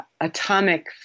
atomic